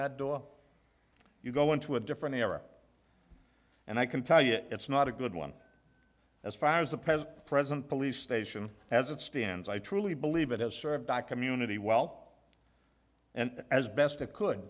that door you go into a different era and i can tell you it's not a good one as far as the prez president police station as it stands i truly believe it has served a community well and as best i could